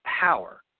power